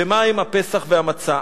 ומהם הפסח והמצה?